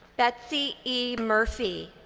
betsy e. murphy.